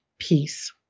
Peace